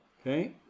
okay